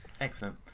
Excellent